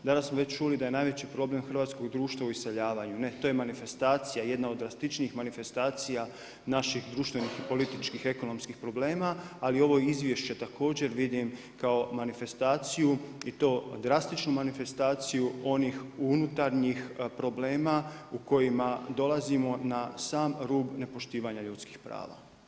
Danas smo već čuli da je najveći problem hrvatskog društva u iseljavanju, ne, to je manifestacija, jedna od drastičnijih manifestacija naših društvenih i političkih ekonomskih problema ali ovo izvješće također vidim kao manifestaciju i to drastičnu manifestaciju onih unutarnjih problema u kojima dolazimo na sam rub nepoštivanja ljudskih prava.